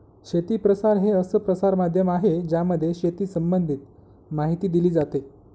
शेती प्रसार हे असं प्रसार माध्यम आहे ज्यामध्ये शेती संबंधित माहिती दिली जाते